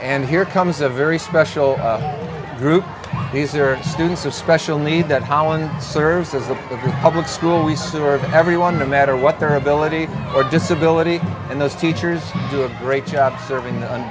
and here comes a very special group these are students of special need that holland serves as a public school we serve everyone no matter what their ability or disability and those teachers do a great job serving